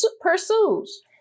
pursues